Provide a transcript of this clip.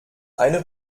eine